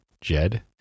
jed